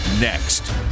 Next